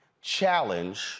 challenge